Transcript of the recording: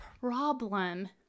problem